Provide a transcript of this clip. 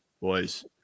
boys